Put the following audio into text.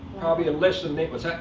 probably, a list of names what's that?